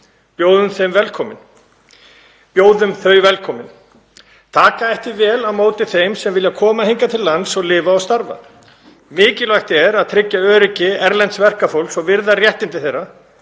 Með leyfi forseta: „Taka ætti vel á móti þeim sem vilja koma hingað til lands til að lifa og starfa. Mikilvægt er að tryggja öryggi erlends verkafólks og virða réttindi þeirra.